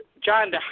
John